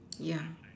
yeah